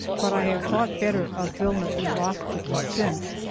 but i have thought better of vilna isvostchiky since,